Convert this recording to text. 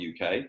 uk